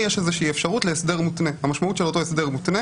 זה לא בסמכות הוועדה.